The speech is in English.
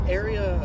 area